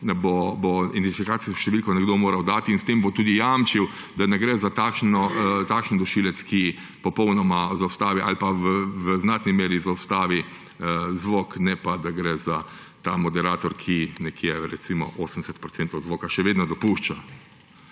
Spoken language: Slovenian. bo identifikacijsko številko nekdo moral dati in s tem bo tudi jamčil, da ne gre za takšen dušilec, ki popolnoma ali v znatni meri zaustavi zvok, ne pa da gre za takšen moderator, ki recimo 80 % zvoka še vedno dopušča.